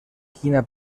quina